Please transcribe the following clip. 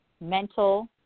mental